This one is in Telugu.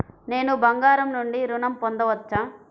నేను బంగారం నుండి ఋణం పొందవచ్చా?